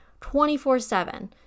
24-7